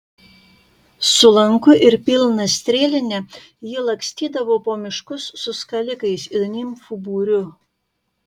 su lanku ir pilna strėline ji lakstydavo po miškus su skalikais ir nimfų būriu